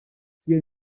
sia